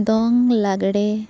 ᱫᱚᱝ ᱞᱟᱜᱽᱲᱮ